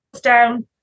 down